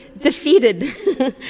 defeated